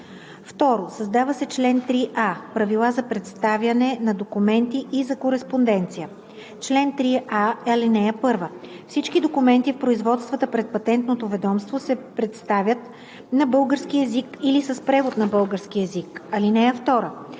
2. Създава се чл. 5а: „Правила за представяне на документи и за кореспонденция Чл. 5a. (1) Всички документи в производствата пред Патентното ведомство се представят на български език или с превод на български език. (2)